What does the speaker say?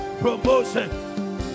Promotion